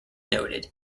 noted